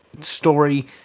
story